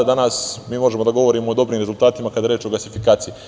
Danas možemo da govorimo o dobrim rezultatima kada je reč o gasifikaciji.